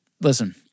Listen